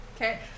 Okay